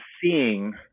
seeing